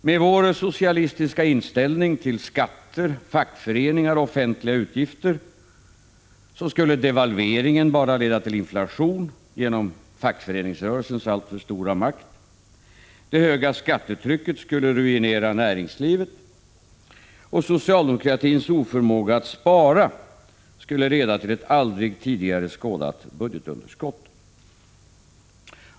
Med vår socialistiska inställning till skatter, fackföreningar och offentliga utgifter skulle devalveringen bara leda till inflation, genom fackföreningsrörelsens alltför stora makt. Det höga skattetrycket skulle ruinera näringslivet. Och socialdemokratins oförmåga att spara skulle leda till ett aldrig tidigare skådat budgetunderskott.